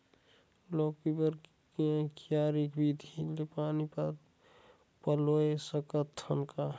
लौकी बर क्यारी विधि ले पानी पलोय सकत का?